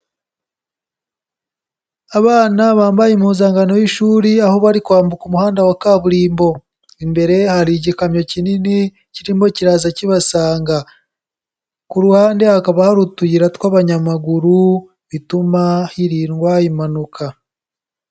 Abana bambaye impuzankano y'ishuri aho bari kwambuka umuhanda wa kaburimbo. Imbere hari igikamyo kinini kirimo kiraza kibasanga. Ku ruhande hakaba hari utuyira tw'abanyamaguru bituma hirindwa impanuka.